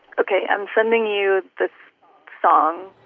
okay i'm sending you this song,